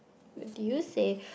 what do you say